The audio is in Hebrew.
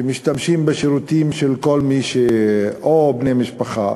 כשמשתמשים בשירותים של בני משפחה,